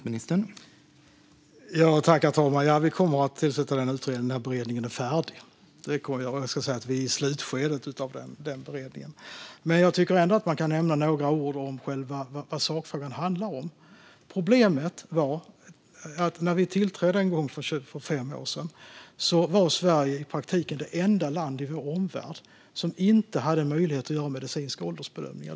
Herr talman! Vi kommer att tillsätta utredningen när beredningen är färdig, och vi är i slutskedet av den beredningen. Jag tycker ändå att man kan nämna några ord om vad sakfrågan handlar om. Problemet var att när vi tillträdde en gång för fem år sedan var Sverige i praktiken det enda land i vår omvärld som inte hade möjlighet att göra medicinska åldersbedömningar.